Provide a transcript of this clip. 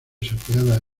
saqueada